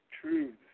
truth